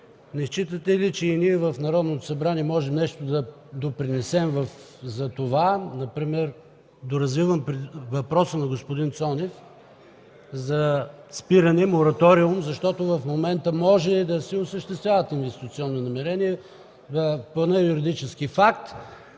не считате ли, че и ние в Народното събрание можем нещо да допринесем за това – доразвивам въпроса на господин Цонев за спиране и мораториум, защото в момента може да се осъществяват инвестиционни намерения, планът е юридически факт.